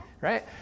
Right